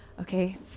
Okay